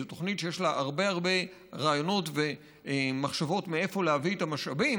זו תוכנית שיש בה הרבה הרבה רעיונות ומחשבות מאיפה להביא את המשאבים,